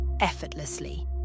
effortlessly